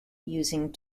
using